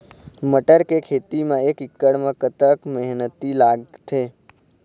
मटर के खेती म एक एकड़ म कतक मेहनती लागथे?